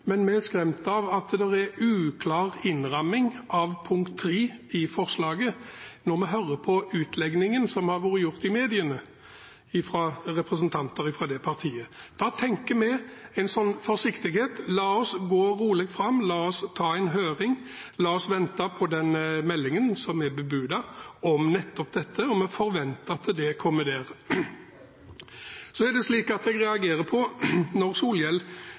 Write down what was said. men vi er skremt av at det er uklar innramming av punkt 3 i forslaget, når vi hører på utlegningen som har blitt gjort i media fra representanter fra det partiet. Da tenker vi – en forsiktighet – la oss gå rolig fram, la oss ta en høring, la oss vente på den meldingen som er bebudet om nettopp dette, og vi forventer at det kommer der. Så reagerer jeg når representanten Solhjell, som jeg nevnte, spiller ut muslimkortet til Fremskrittspartiet, mens vi på